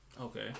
Okay